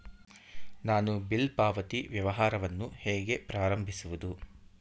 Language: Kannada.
ನಾನು ಬಿಲ್ ಪಾವತಿ ವ್ಯವಹಾರವನ್ನು ಹೇಗೆ ಪ್ರಾರಂಭಿಸುವುದು?